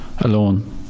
alone